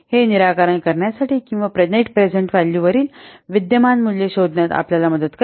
हे निराकरण करण्यासाठी किंवा नेट प्रेझेन्ट व्हॅल्यू वरील विद्यमान मूल्ये शोधण्यात आपल्याला मदत करेल